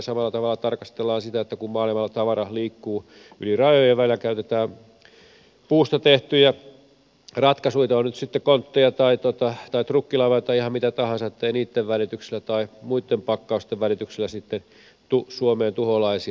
samalla tavalla tarkastellaan sitä että kun maailmalla tavara liikkuu yli rajojen ja välillä käytetään puusta tehtyjä ratkaisuja ovat ne nyt sitten kontteja tai trukkilavoja tai ihan mitä tahansa ettei niitten välityksellä tai muitten pakkausten välityksellä sitten tule suomeen tuholaisia